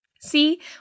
See